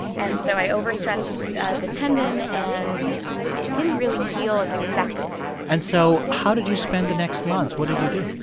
and so i overstretched the tendon. and it didn't really heal as expected and so how did you spend the next months? what did you do?